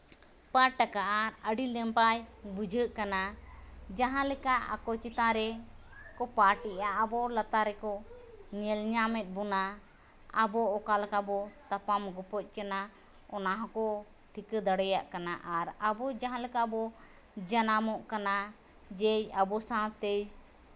ᱯᱟᱴᱷ ᱠᱟᱜᱼᱟ ᱟᱹᱰᱤ ᱱᱟᱯᱟᱭ ᱵᱩᱡᱷᱟᱹᱜ ᱠᱟᱱᱟ ᱡᱟᱦᱟᱸ ᱞᱮᱠᱟ ᱟᱠᱚ ᱪᱮᱛᱟᱱ ᱨᱮ ᱯᱟᱴᱷᱼᱮᱫᱼᱟ ᱟᱵᱚ ᱞᱟᱛᱟᱨ ᱨᱮᱠᱚ ᱧᱮᱞ ᱧᱟᱢᱮᱫ ᱱᱚᱱᱟ ᱟᱵᱚ ᱚᱠᱟ ᱞᱮᱠᱟ ᱵᱚ ᱛᱟᱯᱟᱢ ᱜᱚᱯᱚᱡ ᱠᱟᱱᱟ ᱚᱱᱟ ᱦᱚᱸᱠᱚ ᱴᱷᱤᱠᱟᱹ ᱫᱟᱲᱮᱭᱟᱜ ᱠᱟᱱᱟ ᱟᱨ ᱟᱵᱚ ᱡᱟᱦᱟᱸ ᱞᱮᱠᱟ ᱵᱚ ᱡᱟᱱᱟᱢᱚᱜ ᱠᱟᱱᱟ ᱡᱮ ᱟᱵᱚ ᱥᱟᱶᱛᱮ